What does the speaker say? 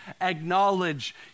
acknowledge